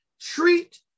treat